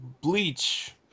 Bleach